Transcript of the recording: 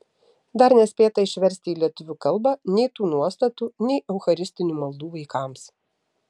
dar nespėta išversti į lietuvių kalbą nei tų nuostatų nei eucharistinių maldų vaikams